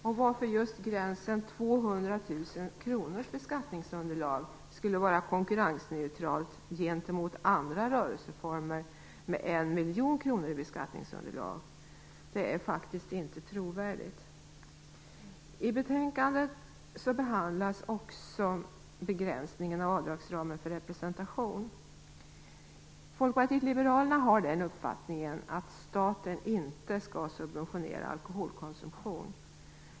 Och varför skulle just gränsen 200 000 kr när det gäller beskattningsunderlaget innebära konkurrensneutralitet i förhållande till andra rörelseformer med 1 miljon kronor i beskattningsunderlag? Det är faktiskt inte trovärdigt. I betänkandet behandlas också begränsningen av avdragsramen för representation. Folkpartiet liberalerna har den uppfattningen att staten inte skall subventionera alkoholkonsumtion.